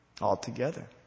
Altogether